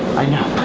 i know.